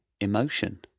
emotion